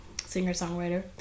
singer-songwriter